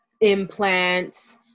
implants